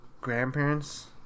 grandparents